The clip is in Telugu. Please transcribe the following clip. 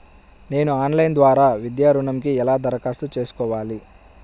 నేను ఆన్లైన్ ద్వారా విద్యా ఋణంకి ఎలా దరఖాస్తు చేసుకోవాలి?